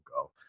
go